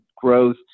growth